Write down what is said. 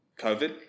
COVID